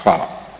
Hvala.